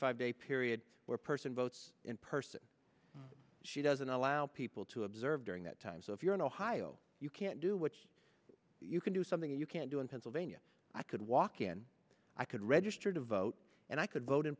five day period where person votes in person she doesn't allow people to observe during that time so if you're in ohio you can't do which you can do something you can't do in pennsylvania i could walk in i could register to vote and i could vote in